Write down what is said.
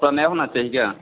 कपड़ा नया होना चाहिए क्या